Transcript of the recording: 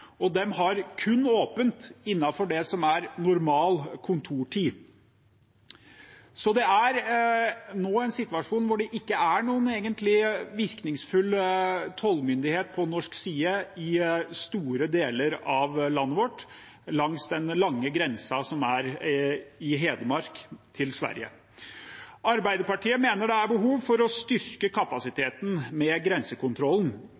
og de har åpent kun innenfor det som er normal kontortid. Det er nå en situasjon hvor det ikke er noen egentlig virkningsfull tollmyndighet på norsk side i store deler av landet vårt, langs den lange grensa i Hedmark til Sverige. Arbeiderpartiet mener det er behov for å styrke kapasiteten ved grensekontrollen,